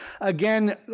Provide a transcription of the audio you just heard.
again